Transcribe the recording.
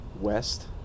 West